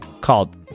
called